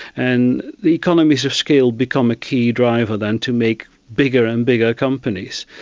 and the economies of scale become a key driver then to make bigger and bigger companies.